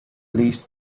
least